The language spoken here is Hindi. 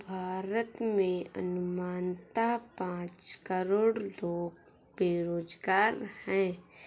भारत में अनुमानतः पांच करोड़ लोग बेरोज़गार है